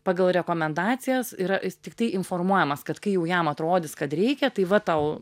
pagal rekomendacijas yra jis tiktai informuojamas kad kai jau jam atrodys kad reikia tai va tau